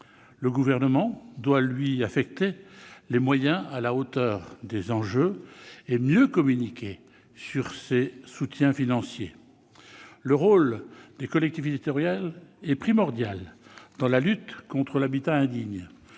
Le Gouvernement doit lui affecter des moyens à la hauteur des enjeux et mieux communiquer sur ces soutiens financiers. Le rôle des collectivités territoriales est primordial dans la lutte contre l'habitat indigne.